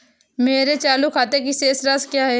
मेरे चालू खाते की शेष राशि क्या है?